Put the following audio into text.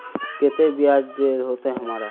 केते बियाज देल होते हमरा?